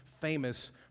famous